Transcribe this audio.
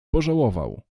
pożałował